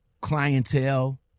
clientele